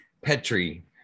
Petri